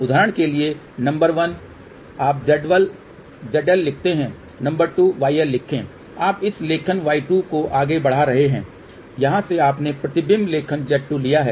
उदाहरण के लिए नंबर 1 आप zL लिखते हैं नंबर 2 yL लिखें आप इस लेखन y2 को आगे बढ़ा रहे हैं यहाँ से आपने प्रतिबिंब लेखन z2 लिया है